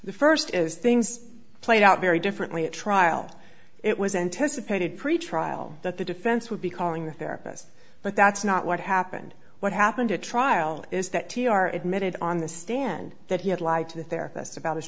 the first is things played out very differently at trial it was anticipated pretrial that the defense would be calling the therapist but that's not what happened what happened at trial is that t r admitted on the stand that he had lied to the therapist about his